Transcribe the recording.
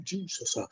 Jesus